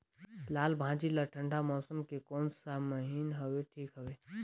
लालभाजी ला ठंडा मौसम के कोन सा महीन हवे ठीक हवे?